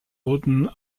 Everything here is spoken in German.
wurden